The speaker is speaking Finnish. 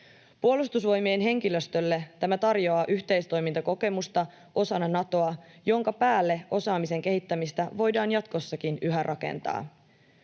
Puolustusvoimien henkilöstölle tämä tarjoaa osana Natoa yhteistoimintakokemusta, jonka päälle osaamisen kehittämistä voidaan jatkossakin yhä rakentaa.